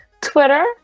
Twitter